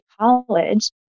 college